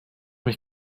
mich